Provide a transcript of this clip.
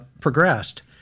progressed